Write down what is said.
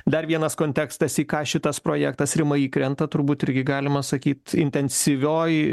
dar vienas kontekstas į ką šitas projektas rima įkrenta turbūt irgi galima sakyt intensyvioj